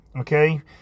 okay